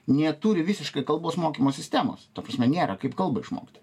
neturi visiškai kalbos mokymo sistemos ta prasme nėra kaip kalbą išmokti